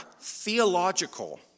theological